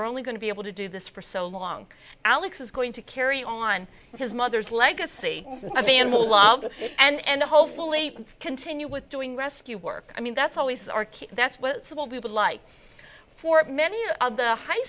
are only going to be able to do this for so long alex is going to carry on his mother's legacy of animal love and hopefully continue with doing rescue work i mean that's always our kid that's what we would like for many of the high